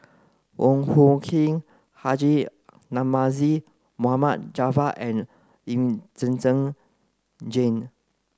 Wong Hung Khim Haji Namazie Mohd Javad and Lee Zhen Zhen Jane